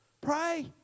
Pray